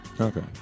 okay